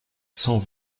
cent